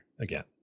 again